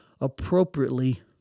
appropriately